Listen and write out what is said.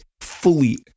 fully